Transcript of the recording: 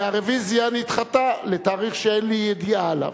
והרוויזיה נדחתה לתאריך שאין לי ידיעה עליו.